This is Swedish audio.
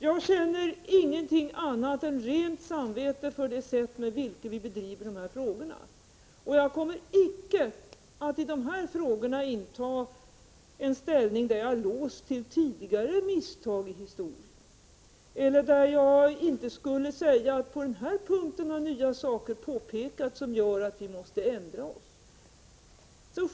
Jag känner ingenting annat än rent samvete för det sätt på vilket vi handskas med de här frågorna. Jag kommer icke att i de här frågorna inta en ståndpunkt som innebär att jag är låst till tidigare misstag i historien och inte kan säga att på den här punkten har nya saker påpekats som gör att vi måste ändra oss.